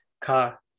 car